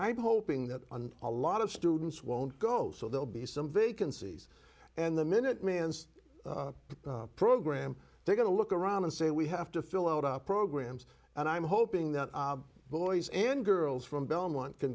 i'm hoping that a lot of students won't go so they'll be some vacancies and the minute man's program they're going to look around and say we have to fill out our programs and i'm hoping that boys and girls from belmont can